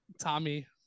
Tommy